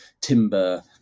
timber